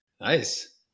Nice